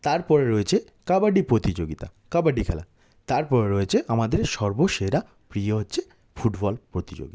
তারপরে রয়েছে কাবাডি প্রতিযোগিতা কাবাডি খেলা তারপর রয়েছে আমাদের সর্ব সেরা প্রিয় হচ্ছে ফুটবল প্রতিযোগিতা